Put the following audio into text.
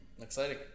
exciting